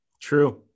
True